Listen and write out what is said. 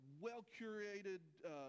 well-curated